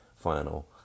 final